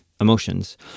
emotions